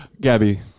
Gabby